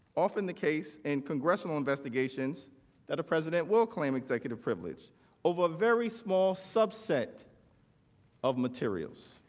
often the case in congressional investigations that a president will claim executive privilege over a very small subset of materials.